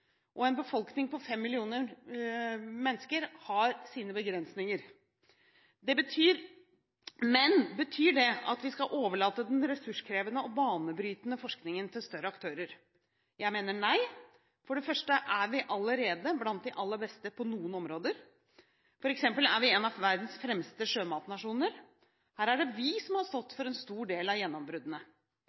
og en befolkning på fem millioner mennesker har sine begrensinger. Men betyr det at vi skal overlate den ressurskrevende og banebrytende forskningen til større aktører? Jeg mener nei. For det første er vi allerede blant de aller beste på noen områder. For eksempel er vi en av verdens fremste sjømatnasjoner. Her er det vi som har stått for en stor del av gjennombruddene.